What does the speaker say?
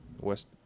West